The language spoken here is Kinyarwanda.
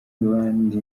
abandi